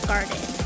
Garden